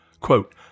Quote